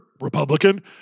Republican